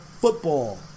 football